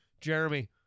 Jeremy